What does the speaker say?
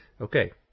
Okay